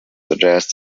suggest